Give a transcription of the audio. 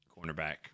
cornerback